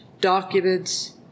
documents